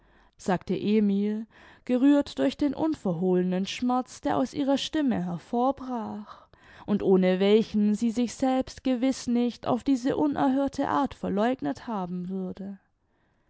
sagte emil gerührt durch den unverholenen schmerz der aus ihrer stimme hervorbrach und ohne welchen sie sich selbst gewiß nicht auf diese unerhörte art verleugnet haben würde